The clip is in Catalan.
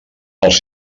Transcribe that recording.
els